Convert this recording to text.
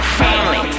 family